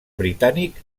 britànic